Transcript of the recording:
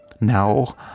Now